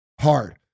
hard